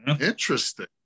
Interesting